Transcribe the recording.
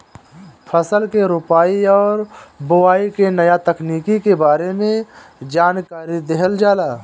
फसल के रोपाई और बोआई के नया तकनीकी के बारे में जानकारी देहल जाला